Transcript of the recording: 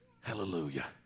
hallelujah